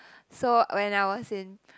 so when I was in